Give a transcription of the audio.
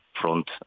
front